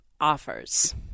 offers